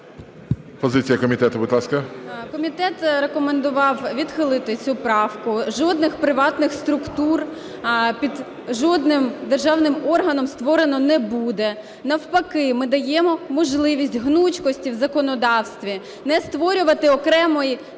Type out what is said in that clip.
Позиція комітету, будь ласка. 14:40:31 СТЕФАНИШИНА О.А. Комітет рекомендував відхилити цю правку. Жодних приватних структур під жодним державним органом створено не буде. Навпаки, ми даємо можливість гнучкості в законодавстві. Не створювати окремий корупційний